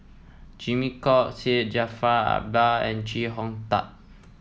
Jimmy Chok Syed Jaafar Albar and Chee Hong Tat